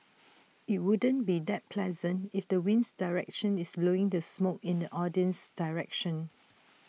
IT would't be that pleasant if the winds direction is blowing the smoke in the audience's direction